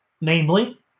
namely